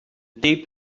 tape